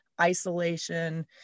isolation